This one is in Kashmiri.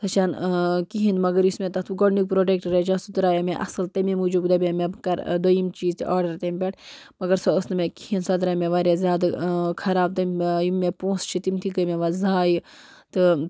سۄ چھَنہٕ کِہیٖنۍ مگر یُس مےٚ تَتھ گۄڈٕنیُک پرٛوٚڈَکٹ رَچاو سُہ درٛایو مےٚ اصٕل تٔمی موٗجوٗب دَپے مےٚ بہٕ کَرٕ دۄیِم چیٖز تہِ آرڈَر تٔمۍ پٮ۪ٹھ مگر سۄ ٲس نہٕ مےٚ کِہیٖنۍ سۄ درٛاے مےٚ زیادٕ خراب تٔمۍ یِم مےٚ پونٛسہٕ چھِ تِم تہِ گٔے مےٚ وۄنۍ زایہِ تہٕ